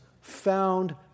found